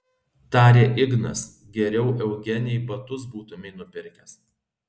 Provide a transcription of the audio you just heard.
tarė ignas geriau eugenijai batus būtumei nupirkęs